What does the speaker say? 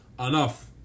Enough